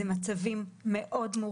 אלה מצבים מורכבים מאוד.